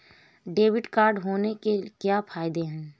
Debit card होने के क्या फायदे हैं?